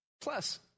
Plus